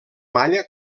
malla